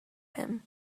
him